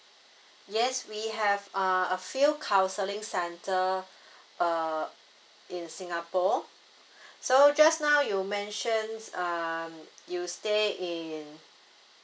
yes we have uh a few counselling centre err in singapore so just now you mentions um you stay in